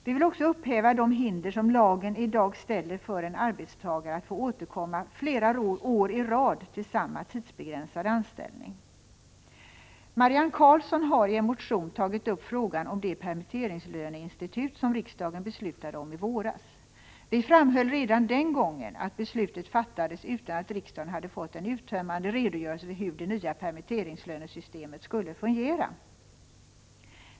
Vi vill också upphäva de hinder som lagen i dag reser för en arbetstagare att få återkomma flera år i rad till samma tidsbegränsande anställning. Marianne Karlsson har i en motion tagit upp frågan om det permitteringslöneinstitut som riksdagen beslutade om i våras. Vi framhöll redan den gången att beslutet fattades utan att riksdagen hade fått en uttömmande redogörelse för hur det nya permitteringslönesystemet skulle fungera.